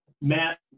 Matt